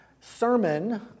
sermon